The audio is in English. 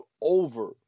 over